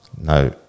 No